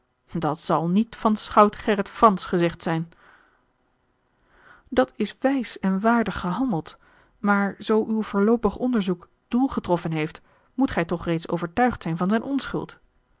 dat zal niet van schout gerrit fransz gezegd zijn dat is wijs en waardig gehandeld maar zoo uw voorloopig onderzoek doel getroffen heeft moet gij toch reeds overtuigd zijn van zijne onschuld